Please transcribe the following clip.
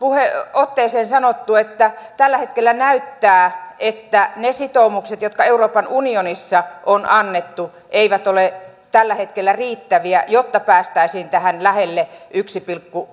otteeseen sanottu että tällä hetkellä näyttää siltä että ne sitoumukset jotka euroopan unionissa on annettu eivät ole tällä hetkellä riittäviä jotta päästäisiin lähelle tätä yhtä pilkku